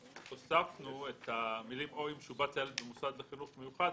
הוספנו את המילים "או אם שובץ הילד במוסד לחינוך מיוחד"